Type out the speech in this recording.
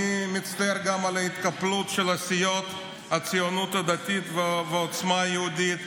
אני מצטער גם על ההתקפלות של סיעות הציונות הדתית ועוצמה יהודית.